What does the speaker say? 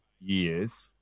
years